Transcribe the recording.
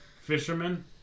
fisherman